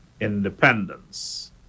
independence